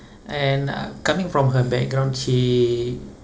and uh coming from her background she